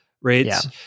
rates